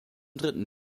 dritten